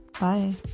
Bye